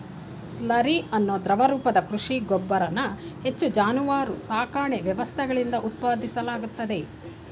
slurry ಅನ್ನೋ ದ್ರವ ರೂಪದ ಕೃಷಿ ಗೊಬ್ಬರನ ಹೆಚ್ಚು ಜಾನುವಾರು ಸಾಕಣೆ ವ್ಯವಸ್ಥೆಗಳಿಂದ ಉತ್ಪಾದಿಸಲಾಗ್ತದೆ